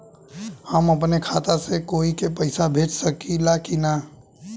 हम अपने खाता से कोई के पैसा भेज सकी ला की ना?